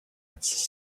its